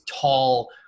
tall